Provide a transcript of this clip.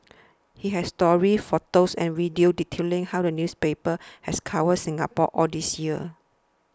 it has stories photos and videos detailing how the newspaper has covered Singapore all these years